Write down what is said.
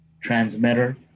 transmitter